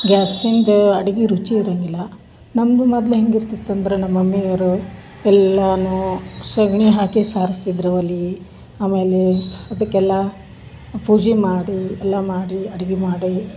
ಗ್ಯಾಸಿಂದ ಅಡ್ಗಿ ರುಚಿ ಇರಂಗಿಲ್ಲ ನಮ್ಮದು ಮೊದ್ಲು ಹೆಂಗೆ ಇರ್ತಿತ್ತು ಅಂದ್ರೆ ನಮ್ಮ ಮಮ್ಮಿ ಅವ್ರು ಎಲ್ಲಾನೂ ಸಗಣಿ ಹಾಕಿ ಸಾರ್ಸ್ತಿದ್ದರು ಒಲಿ ಆಮೇಲೆ ಅದಕ್ಕೆಲ್ಲ ಪೂಜೆ ಮಾಡಿ ಎಲ್ಲಾ ಮಾಡಿ ಅಡ್ಗಿ ಮಾಡಿ